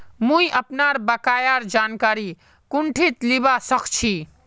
मुई अपनार बकायार जानकारी कुंठित लिबा सखछी